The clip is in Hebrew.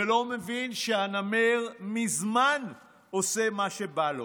ולא מבין שהנמר מזמן עושה מה שבא לו.